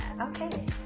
Okay